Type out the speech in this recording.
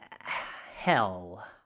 hell